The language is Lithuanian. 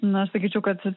na sakyčiau kad